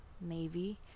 Navy